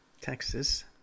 Texas